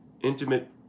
Intimate